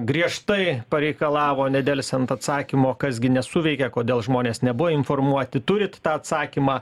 griežtai pareikalavo nedelsiant atsakymo kas gi nesuveikė kodėl žmonės nebuvo informuoti turit tą atsakymą